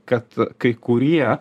kad kai kurie